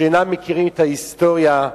שאינם מכירים את ההיסטוריה,